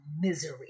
misery